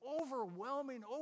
overwhelming